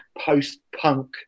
post-punk